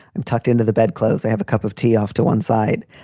i'm tucked into the bedclothes. i have a cup of tea off to one side.